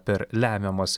per lemiamas